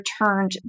returned